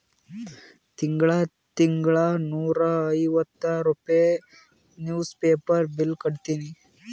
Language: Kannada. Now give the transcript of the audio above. ತಿಂಗಳಾ ತಿಂಗಳಾ ನೂರಾ ಐವತ್ತ ರೂಪೆ ನಿವ್ಸ್ ಪೇಪರ್ ಬಿಲ್ ಕಟ್ಟತ್ತಿನಿ